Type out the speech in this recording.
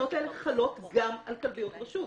התקנות האלה חלות גם על כלביות רשות,